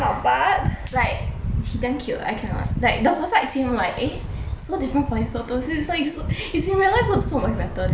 like he damn cute I cannot like the first time I see him like eh so different from his photos this is why he so he's in real life look so much better than his pho~